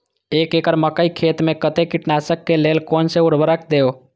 एक एकड़ मकई खेत में कते कीटनाशक के लेल कोन से उर्वरक देव?